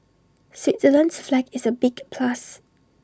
Switzerland's flag is A big plus